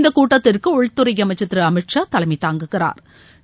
இந்த கூட்டத்திற்கு உள்துறை அமைச்சர் திருஅமித் ஷா தலைமை தாங்குகிறாா்